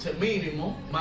Mínimo